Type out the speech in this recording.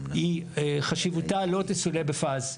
חשיבותה לא תסולא בפז.